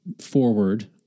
forward